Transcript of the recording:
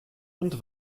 und